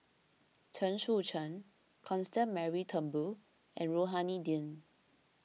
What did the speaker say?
Chen Sucheng Constance Mary Turnbull and Rohani Din